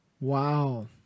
Wow